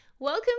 Welcome